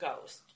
ghost